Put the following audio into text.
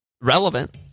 relevant